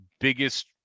biggest